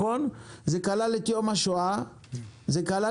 זה כלל את הפגרה,